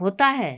होता है